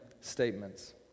statements